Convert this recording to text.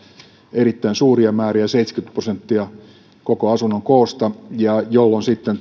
erittäin suuria määriä seitsemänkymmentä prosenttia koko asunnon hinnasta jolloin sitten